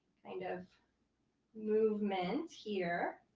kind of movement here.